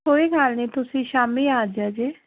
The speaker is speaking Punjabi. ਕੋਈ ਗੱਲ ਨਹੀਂ ਤੁਸੀਂ ਸ਼ਾਮੀ ਆ ਜਿਓ ਜੇ